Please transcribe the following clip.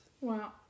Wow